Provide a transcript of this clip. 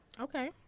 okay